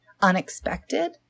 unexpected